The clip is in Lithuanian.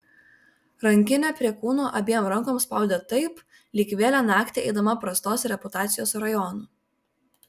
rankinę prie kūno abiem rankom spaudė taip lyg vėlią naktį eidama prastos reputacijos rajonu